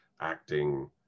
acting